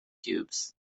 cubes